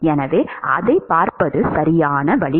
எனவே அதைப் பார்ப்பது சரியான வழி